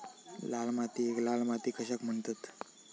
लाल मातीयेक लाल माती कशाक म्हणतत?